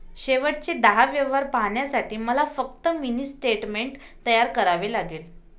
शेवटचे दहा व्यवहार पाहण्यासाठी मला फक्त मिनी स्टेटमेंट तयार करावे लागेल